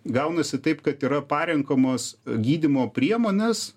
gaunasi taip kad yra parenkamos gydymo priemonės